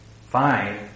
fine